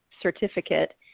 certificate